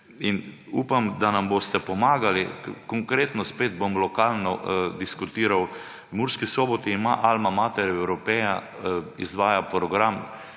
Upam, da nam boste pomagali. Konkretno spet bom lokalno diskutiral. V Murski Soboti Alma Mater Europaea izvaja program